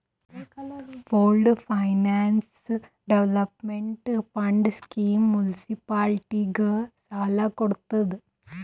pooled finance development fund scheme ಮುನ್ಸಿಪಾಲಿಟಿಗ ಸಾಲ ಕೊಡ್ತುದ್